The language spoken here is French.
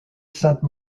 sainte